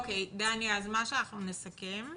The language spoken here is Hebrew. או.קיי אז מה שאנחנו נסכם,